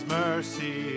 mercy